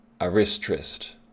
Aristrist